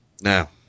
Now